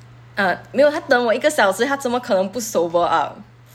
uh 没有他等我一个小时他怎么可能不 sober up